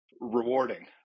rewarding